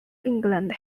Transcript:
england